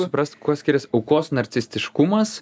suprast kuo skirias aukos narcistiškumas